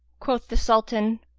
quoth the sultan,